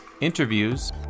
interviews